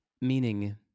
Meaning